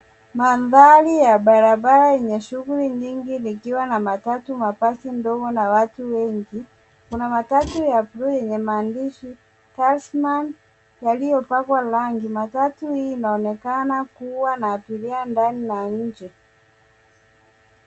Mandhari ya barabara yenye shughuli nyingi, likiwa na matatu ndogo na watu wengi. Kuna matatu ya buluu yenye maandishi Talisman, yaliyopakwa rangi. Matatu hii inaonekana kuwa na abiria ndani na nje.